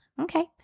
okay